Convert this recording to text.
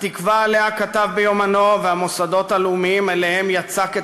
התקווה שעליה כתב ביומנו והמוסדות הלאומיים שאליהם יצק את